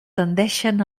tendeixen